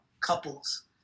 couples